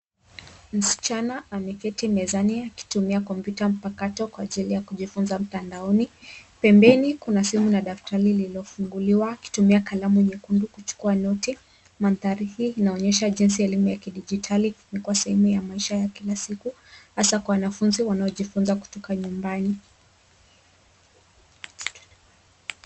Msichana ameketi mezani akitumia kompyuta mpakato kwa ajili ya kujifunza mtandaoni. Pembeni kuna simu na daftari lililofunguliwa akitumia kalamu nyekundu kuchukua note .Mandhari hii inaonyesha jinsi elimu ya kidijitali ukuwa sehemu ya maisha ya kila siku hasa kwa wanafunzi wanaojifunza kutoka nyumbani.